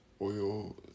oil